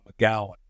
McGowan